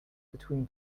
between